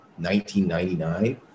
1999